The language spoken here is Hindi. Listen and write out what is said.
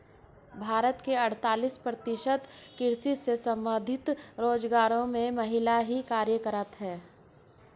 भारत के अड़तालीस प्रतिशत कृषि से संबंधित रोजगारों में महिलाएं ही कार्यरत हैं